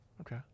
Okay